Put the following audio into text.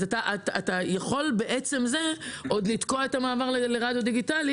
אז אתה יכול בעצם זה עוד לתקוע את המעבר לרדיו דיגיטלי